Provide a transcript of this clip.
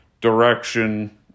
direction